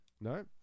No